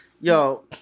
Yo